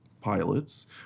pilots